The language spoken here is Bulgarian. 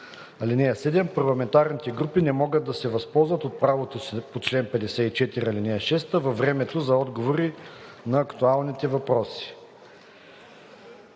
и 3. (7) Парламентарните групи не могат да се възползват от правото си по чл. 54, ал. 6 във времето за отговори на актуалните устни